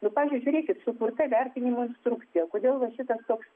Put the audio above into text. nu pavyzdžiui žiūrėkit sukurta vertinimo instrukcija kodėl va šitas toks